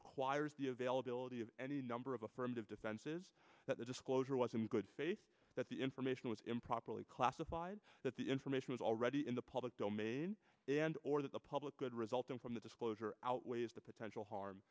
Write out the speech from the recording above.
requires the availability of any number of affirmative defenses that the disclosure was in good faith that the information was improperly classified that the information was already in the public domain and or that the public good resulting from the disclosure outweighs the potential harm